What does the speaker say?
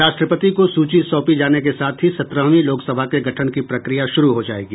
राष्ट्रपति को सूची सौंपी जाने के साथ ही सत्रहवीं लोकसभा के गठन की प्रक्रिया शुरू हो जाएगी